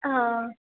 હા